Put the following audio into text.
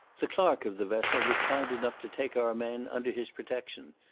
the clerk of the vessel was kind enough to take our man under his protection,